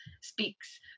speaks